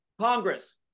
Congress